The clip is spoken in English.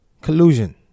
Collusion